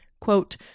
quote